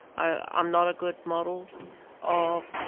i'm not a good model of